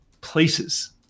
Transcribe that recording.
places